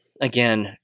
Again